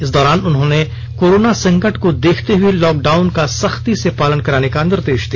इस दौरान उन्होंने कोरोना संकट को देखते हए लॉकडाउन का सख्ती से पालन कराने का निर्देश दिया